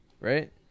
right